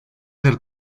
del